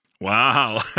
Wow